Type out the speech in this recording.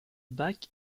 bac